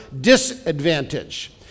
disadvantage